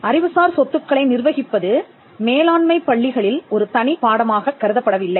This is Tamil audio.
அறிவுசார் சொத்துக்களை நிர்வகிப்பது மேலாண்மைப் பள்ளிகளில் ஒரு தனிப் பாடமாகக் கருதப்படவில்லை